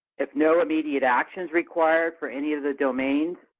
if no immediate action is required for any of the domains,